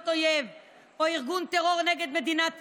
אויב או ארגון טרור נגד מדינת ישראל,